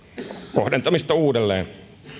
kohdentamista uudelleen